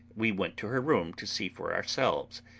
we went to her room to see for ourselves.